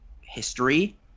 history